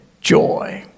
joy